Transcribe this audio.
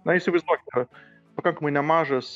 na įsivaizduokite pakankamai nemažas